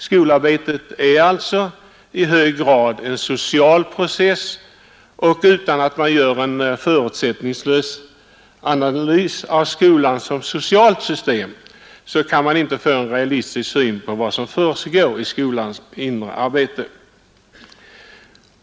Skolarbetet är alltså i hög grad en social process och utan att göra en förutsättningslös analys av skolan som socialt system kan man inte få en realistisk syn på vad som försiggår inom skolan.